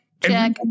check